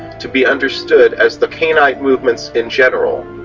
to be understood as the cainite movements in general,